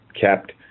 Kept